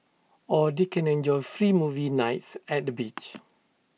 or they can enjoy free movie nights at the beach